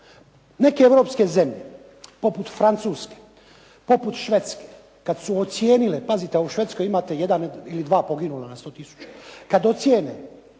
Neke europske zemlje poput Francuske, poput Švedske, kada su ocijenile, pazite u Švetskoj imate 1 ili 2 poginula na 100 tisuća. Kada ocijene